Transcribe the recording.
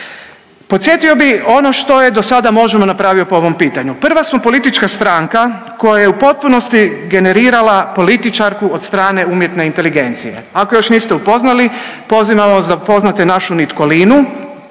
Podsjetio bih ono što je do sada Možemo! napravio po ovom pitanju, prva smo politička stranka koja je u potpunosti generirala političarku od strane umjetne inteligencije, ako je još niste upoznali, pozivamo vas da upoznate našu Nitkolinu.